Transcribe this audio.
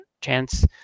chance